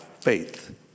faith